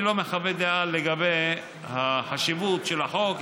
אני לא מחווה דעה לגבי החשיבות של החוק,